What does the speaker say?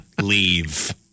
Leave